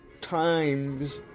times